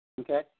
Okay